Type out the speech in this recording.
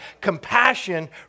compassion